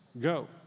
go